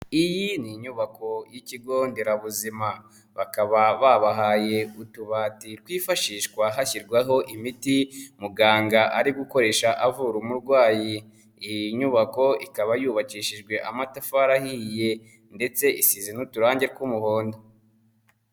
Iyi ni inyubako y'ikigo nderabuzima bakaba babahaye utubati twifashishwa hashyirwaho imiti muganga ari gukoresha avura umurwayi, iyi nyubako ikaba yubakishijwe amatafari ahiye ndetse isize n'uturange tw'umuhondo.